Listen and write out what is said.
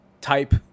type